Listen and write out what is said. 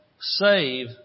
save